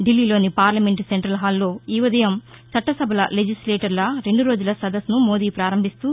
ఢిల్లీలోని పార్లమెంటు సెంటల్హాలులో ఈఉదయం చట్టసభల లెజిస్లేటర్ల రెండురోజుల సదస్సును మోదీ పారంభిస్తూ